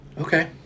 Okay